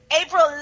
April